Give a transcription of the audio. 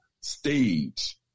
stage